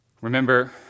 Remember